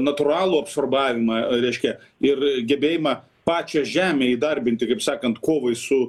natūralų absorbavimą reiškia ir gebėjimą pačią žemę įdarbinti kaip sakant kovai su